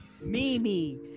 Mimi